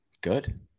Good